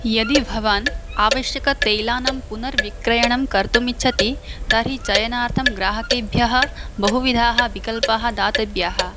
यदि भवान् आवश्यकतैलानां पुनर्विक्रयणं कर्तुमिच्छति तर्हि चयनार्थं ग्राहकेभ्यः बहुविधाः विकल्पाः दातव्याः